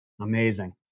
Amazing